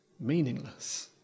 meaningless